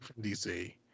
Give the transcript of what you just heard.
DC